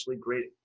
great